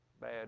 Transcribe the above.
Bad